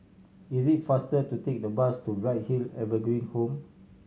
is it faster to take the bus to Bright Hill Evergreen Home